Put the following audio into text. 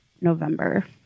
November